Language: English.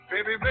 Baby